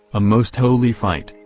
a most holy fight,